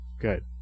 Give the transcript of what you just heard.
Good